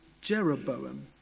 Jeroboam